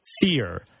Fear